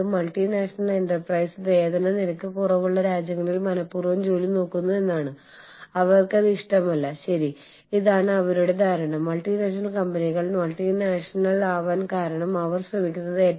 അതിനാൽ ഒരു human resource person എന്ന നിലയിൽ നിങ്ങളുടെ സ്ഥാപനത്തിൽ ജോലി ചെയ്യാൻ കഴിയുന്ന ആളുകളുടെ ഈ മുഴുവൻ കലർപ്പും നിങ്ങൾ മനസ്സിലാക്കേണ്ടതുണ്ട്